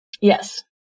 Yes